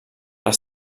les